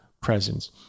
presence